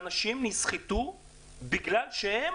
זה לא יתכן שאנשים נסחטו בגלל שהם